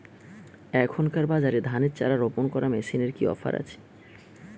এখনকার বাজারে ধানের চারা রোপন করা মেশিনের কি অফার আছে?